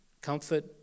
comfort